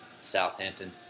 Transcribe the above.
Southampton